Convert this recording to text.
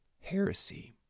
heresy